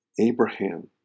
abraham